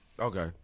Okay